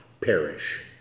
perish